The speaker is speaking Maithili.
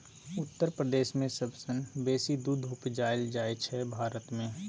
उत्तर प्रदेश मे सबसँ बेसी दुध उपजाएल जाइ छै भारत मे